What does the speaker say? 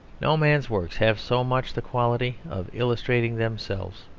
no man's works have so much the quality of illustrating themselves.